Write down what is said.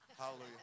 hallelujah